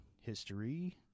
history